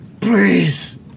please